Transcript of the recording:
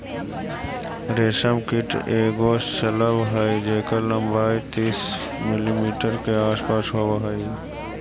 रेशम कीट एगो शलभ हई जेकर लंबाई तीस मिलीमीटर के आसपास होब हई